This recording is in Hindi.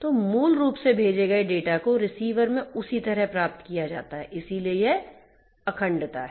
तो मूल रूप से भेजे गए डेटा को रिसीवर में उसी तरह प्राप्त किया जाता है इसलिए यह अखंडता है